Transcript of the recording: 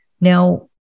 Now